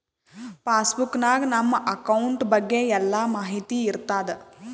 pass book ನಾಗ್ ನಮ್ account ಬಗ್ಗೆ ಎಲ್ಲಾ ಮಾಹಿತಿ ಇರ್ತಾದ